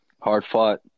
Hard-fought